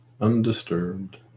undisturbed